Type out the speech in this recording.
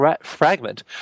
fragment